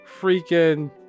freaking